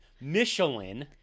Michelin